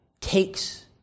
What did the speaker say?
takes